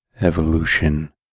evolution